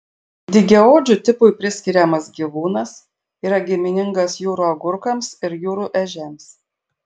dygiaodžių tipui priskiriamas gyvūnas yra giminingas jūrų agurkams ir jūrų ežiams